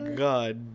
god